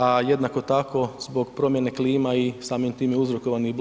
A jednako tako zbog promjene klima i samim time uzrokovanih